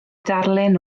darlun